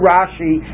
Rashi